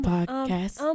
Podcast